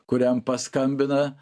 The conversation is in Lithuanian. kuriam paskambina